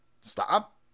stop